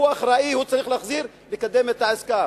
הוא אחראי, הוא צריך להחזיר, לקדם את העסקה.